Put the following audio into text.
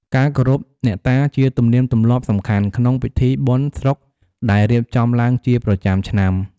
ការគោរពអ្នកតាជាទំនៀមទម្លាប់សំខាន់ ក្នុងពិធីបុណ្យស្រុកដែលរៀបចំឡើងជាប្រចាំឆ្នាំ។